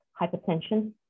hypertension